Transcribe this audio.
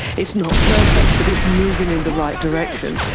it's not perfect, but it's moving in the right direction.